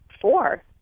four